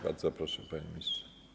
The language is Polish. Bardzo proszę, panie ministrze.